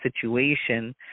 situation